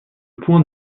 point